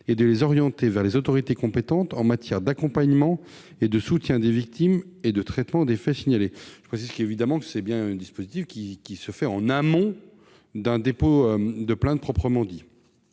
et de les orienter vers les autorités compétentes en matière d'accompagnement et de soutien des victimes et de traitement des faits signalés. » Je précise, évidemment, qu'il s'agit d'un dispositif mis en oeuvre en amont du dépôt de plainte proprement dit.